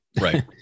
right